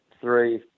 three